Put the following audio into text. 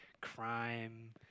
crime